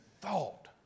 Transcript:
thought